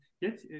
Yes